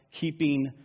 keeping